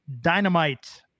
dynamite